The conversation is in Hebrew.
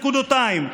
נקודתיים.